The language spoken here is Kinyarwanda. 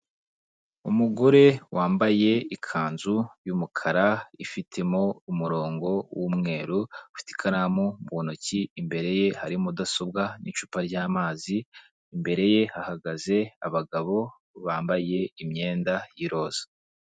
Umugore wambaye ikanzu y'umukara ifitemo umurongo w'umweru, ufite ikaramu mu ntoki, imbere ye hari mudasobwa n'icupa ry'amazi, imbere ye hahagaze abagabo bambaye imyenda y'iroza.